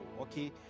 okay